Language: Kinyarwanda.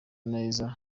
neza